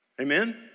Amen